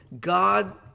God